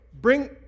Bring